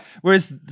Whereas